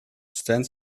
stands